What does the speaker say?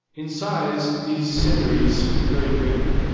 in size these seigneuries varied greatly.